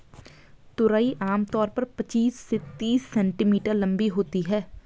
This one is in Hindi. तुरई आम तौर पर पचीस से तीस सेंटीमीटर लम्बी होती है